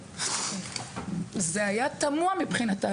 זה היה תמוה מבחינתה.